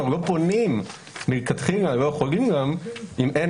אנחנו לא פונים מלכתחילה ולא יכולים גם אם אין